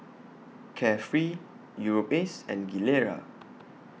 Carefree Europace and Gilera